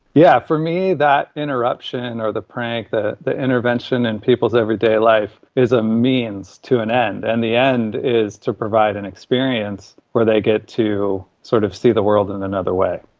yeah for me, that interruption or the prank, the the intervention in people's everyday life, is a means to an end and the end is to provide an experience where they get to, sort of, see the world in another way.